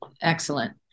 Excellent